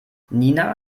nina